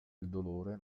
dolore